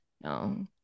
No